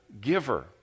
giver